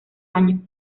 año